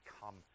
come